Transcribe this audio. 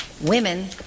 Women